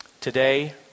today